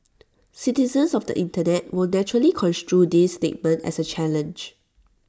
citizens of the Internet will naturally construe this statement as A challenge